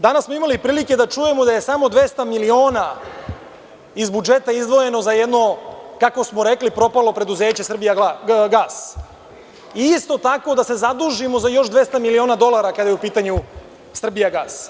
Danas smo imali prilike da čujemo da je samo 200 miliona iz budžeta izdvojeno za jedno, kako smo rekli, propalo preduzeće, „Srbijagas“ i isto tako da se zadužimo za još 200 miliona dolara kada je u pitanju „Srbijagas“